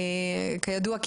כידוע,